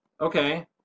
Okay